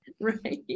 right